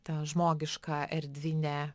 tą žmogiška erdvinė